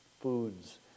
foods